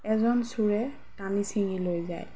এজন চোৰে টানি চিঙি লৈ যায়